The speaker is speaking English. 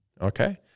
okay